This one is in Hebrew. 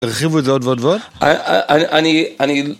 הרחיבו את זה עוד ועוד ועוד? אני... אני...